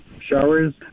showers